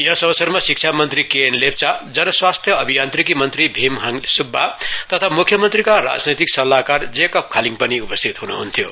यस अवसरमा शिक्षामन्त्री केएन लेप्चा जनस्वास्था अभियान्त्रिकी मन्त्री भीम हाङ सुब्बा तथा मुख्यमन्त्रीका राजनैतिक सल्लाहकार जेकब खालिङ पनि उपस्थित हुनुहुन्थ्यो